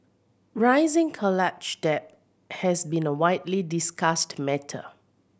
rising college debt has been a widely discussed matter